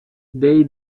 dei